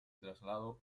traslado